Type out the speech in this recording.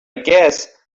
guess